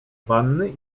wanny